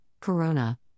Corona